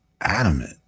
adamant